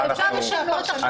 אפשר לשנות עכשיו --- סליחה,